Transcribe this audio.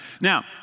now